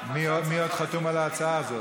מי עוד חתום על ההצעה הזאת?